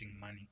money